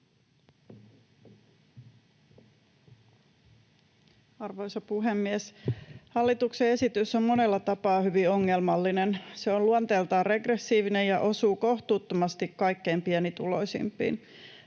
Arvoisa puhemies! Hallituksen esitys on monella tapaa hyvin ongelmallinen. Se on luonteeltaan regressiivinen ja osuu kohtuuttomasti kaikkein pienituloisimpiin.